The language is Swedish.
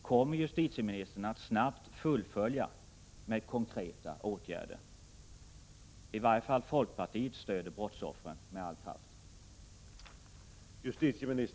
Kommer justitieministern att snabbt fullfölja detta med konkreta åtgärder? I varje fall folkpartiet stöder brottsoffren med all kraft.